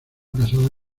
casada